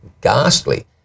ghastly